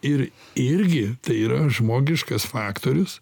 ir irgi tai yra žmogiškas faktorius